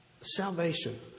salvation